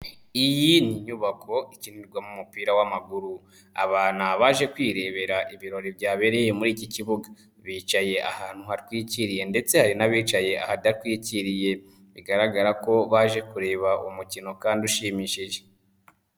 Iyi ni inyubako ikinirwamo umupira w'amaguru, aba ni abaje kwirebera ibirori byabereye muri iki kibuga, bicaye ahantu hatwikiriye ndetse hari n'abicaye ahadatwikiriye bigaragara ko baje kureba umukino kandi ushimishije.